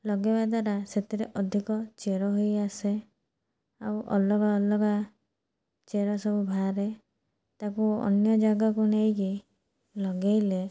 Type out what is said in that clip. ଲଗେଇବା ଦ୍ୱାରା ସେଥିରେ ଅଧିକ ଚେର ହୋଇଆସେ ଆଉ ଅଲଗା ଅଲଗା ଚେର ସବୁ ବାହାରେ ତାକୁ ଅନ୍ୟ ଜାଗାକୁ ନେଇକି ଲଗେଇଲେ